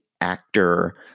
actor